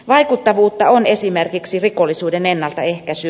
vaikuttavuutta on esimerkiksi rikollisuuden ennaltaehkäisy